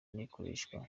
rikoreshwa